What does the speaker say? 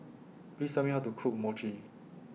Please Tell Me How to Cook Mochi